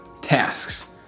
tasks